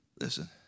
Listen